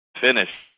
finish